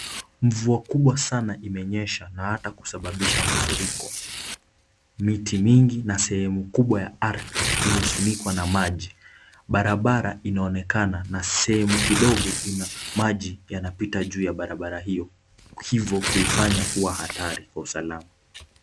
Mvua kubwa sana imenyesha na hata kusababisha mafuriko, miti mingi na sehemu kubwa ya ardhi imefunikwa na maji. Barabara inaonekana na sehemu kidogo maji inapita juu ya barabara hio, hivo kuifanya kuwa hatari kwa usalama.